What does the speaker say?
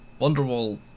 Wonderwall